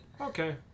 Okay